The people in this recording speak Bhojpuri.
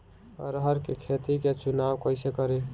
अरहर के खेत के चुनाव कईसे करी?